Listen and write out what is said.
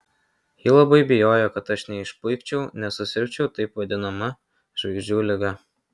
ji labai bijojo kad aš neišpuikčiau nesusirgčiau taip vadinama žvaigždžių liga